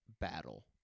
battle